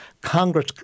Congress